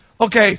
Okay